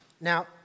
Now